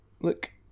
Look